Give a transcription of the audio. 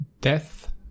death